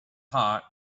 hot